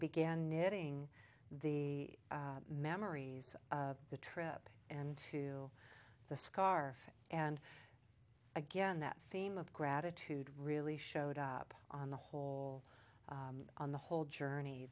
began knitting the memories of the trip and to the scarf and again that theme of gratitude really showed up on the whole on the whole journey